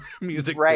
music